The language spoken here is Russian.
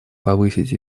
повысить